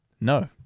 No